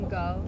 go